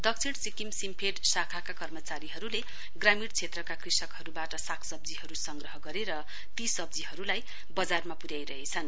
दक्षिण सिक्किम सिमफिट शाखाका कर्मचारीहरूले ग्रामीण क्षेत्रका कृषकहरूवाट साग सब्जीहरू संग्रह गरेर ती सब्जीहरूलाई बजारमा पुर्याइरहेछन्